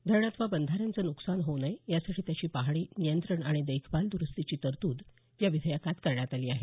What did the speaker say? धरण अथवा बंधाऱ्यांचं नुकसान होऊ नये यासाठी त्याची पाहणी नियंत्रण आणि देखभाल दरुस्तीची तरतूद या विधेयकात करण्यात आली आहे